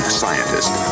scientist